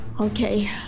Okay